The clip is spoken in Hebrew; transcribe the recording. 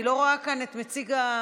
אני לא רואה כאן את מציג החוק,